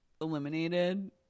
eliminated